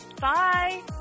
Bye